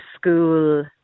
school